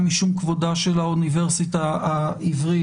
משום כבודה של האוניברסיטה העברית,